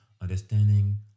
Understanding